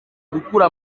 gukura